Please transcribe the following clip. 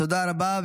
תודה רבה.